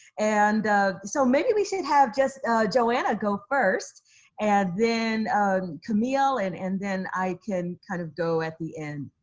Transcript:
and ah so maybe we should have just joanna go first and then camille and and then i can kind of go at the end.